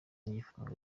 n’igifungo